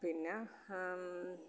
പിന്നെ